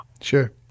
Sure